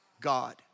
God